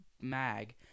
mag